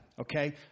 okay